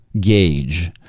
gauge